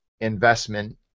investment